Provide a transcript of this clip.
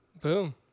Boom